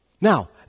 Now